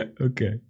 Okay